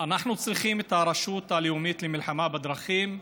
אנחנו צריכים את הרשות הלאומית למלחמה בדרכים,